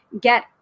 get